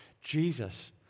Jesus